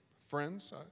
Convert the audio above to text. friends